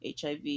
hiv